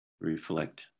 Reflect